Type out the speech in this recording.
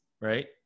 right